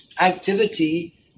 activity